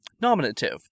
Nominative